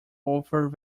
offered